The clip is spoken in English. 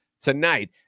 tonight